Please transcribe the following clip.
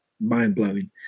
mind-blowing